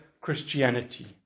Christianity